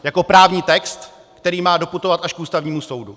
Jako právní text, který má doputovat až k Ústavnímu soudu.